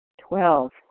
Twelve